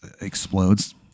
explodes